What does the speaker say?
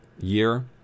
year